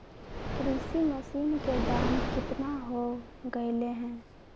कृषि मशीन के दाम कितना हो गयले है?